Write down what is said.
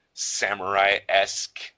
samurai-esque